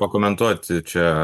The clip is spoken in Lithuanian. pakomentuoti čia